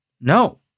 No